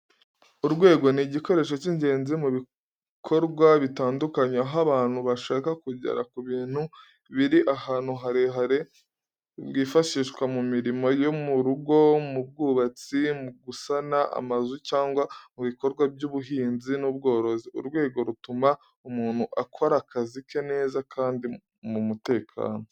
Urwego ni igikoresho cy’ingenzi mu bikorwa bitandukanye, aho abantu bashaka kugera ku bintu biri ahantu harehare. Rwifashishwa mu mirimo yo mu rugo, mu bwubatsi, mu gusana amazu cyangwa mu bikorwa by’ubuhinzi n’ubworozi. Urwego rutuma umuntu akora akazi ke neza kandi mu mutekano.